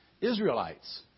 Israelites